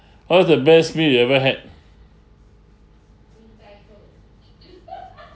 all the best meal you ever had